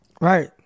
Right